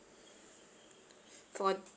for